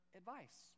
advice